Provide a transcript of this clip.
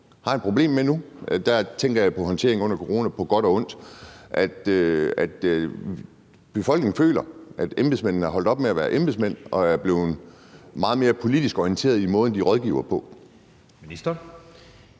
har et problem med nu? Der tænker jeg på håndteringen under corona på godt og ondt. Befolkningen føler, at embedsmændene er holdt op med at være embedsmænd og er blevet meget mere politisk orienterede i måden, de rådgiver på.